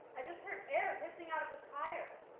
i just heard air hissing out of a tire.